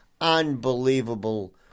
unbelievable